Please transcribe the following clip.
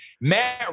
Matt